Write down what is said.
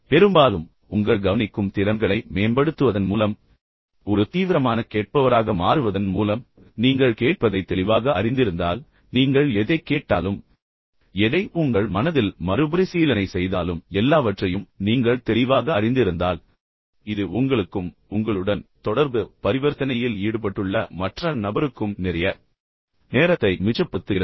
பெரும்பாலும் உங்கள் கவனிக்கும் திறன்களை மேம்படுத்துவதன் மூலம் ஒரு தீவிரமான கேட்பவராக மாறுவதன் மூலம் நீங்கள் கேட்பதை தெளிவாக அறிந்திருந்தால் நீங்கள் எதைக் கேட்டாலும் எதை உங்கள் மனதில் மறுபரிசீலனை செய்தாலும் எல்லாவற்றையும் நீங்கள் தெளிவாக அறிந்திருந்தால் இது உங்களுக்கும் உங்களுடன் தொடர்பு பரிவர்த்தனையில் ஈடுபட்டுள்ள மற்ற நபருக்கும் நிறைய நேரத்தை மிச்சப்படுத்துகிறது